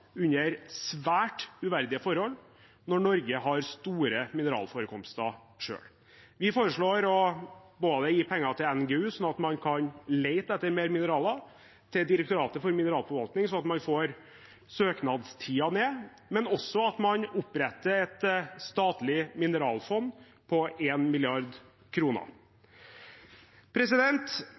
under svært uverdige forhold, når Norge har store mineralforekomster selv. Vi foreslår både å gi penger til NGU, slik at man kan lete etter mer mineraler, og til Direktoratet for mineralforvaltning, slik at man får søknadstiden ned, og også at man oppretter et statlig mineralfond på